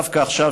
דווקא עכשיו,